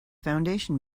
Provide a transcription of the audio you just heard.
foundation